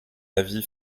avis